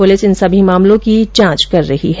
police इन सभी मामलो की जांच कर रही है